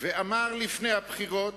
ואמר לפני הבחירות: